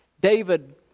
David